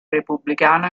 repubblicano